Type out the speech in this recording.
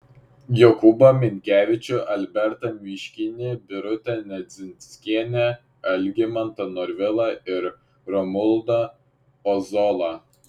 jokūbą minkevičių albertą miškinį birutę nedzinskienę algimantą norvilą ir romualdą ozolą